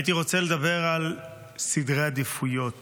הייתי רוצה לדבר על סדרי עדיפויות